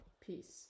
peace